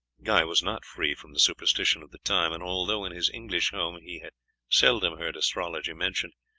guy was not free from the superstition of the time, and although in his english home he had seldom heard astrology mentioned,